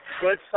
good